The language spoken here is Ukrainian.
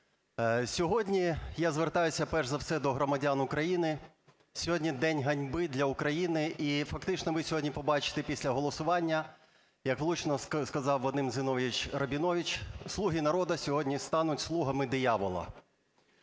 Сьогодні я звертаюся перш за все до громадян України, сьогодні день ганьби для України, і, фактично, ви сьогодні побачити після голосування, як влучно сказав Вадим Зіновійович Рабінович, "Слуги народу" сьогодні стануть "слугами диявола".